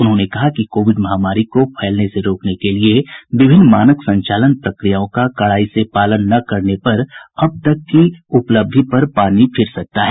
उन्होंने कहा कि कोविड महामारी को फैलने से रोकने के लिए विभिन्न मानक संचालन प्रक्रियाओं का कडाई से पालन न करने पर अब तक की उपलब्धि पर पानी फिर सकता है